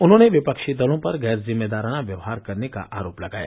उन्होंने विपक्षी दलों पर गैरजिम्मेदाराना व्यवहार करने का आरोप लगाया